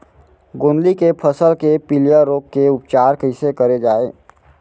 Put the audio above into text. गोंदली के फसल के पिलिया रोग के उपचार कइसे करे जाये?